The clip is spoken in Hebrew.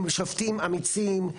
עם שופטים אמיצים,